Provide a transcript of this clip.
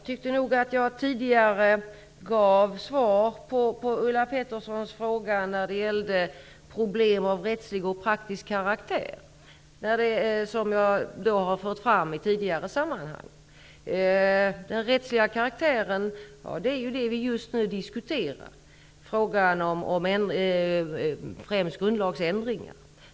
Herr talman! Jag svarade nog på Ulla Petterssons fråga om problem av rättslig och praktisk karaktär. Jag har fört fram det här också i tidigare sammanhang. Den rättsliga karaktären diskuterar vi just nu -- främst frågan om grundlagsändringar.